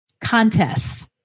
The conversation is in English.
Contests